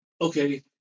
Okay